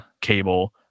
cable